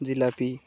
jalebi